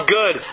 good